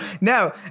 no